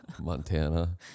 Montana